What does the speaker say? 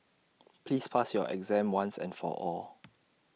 please pass your exam once and for all